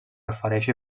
refereix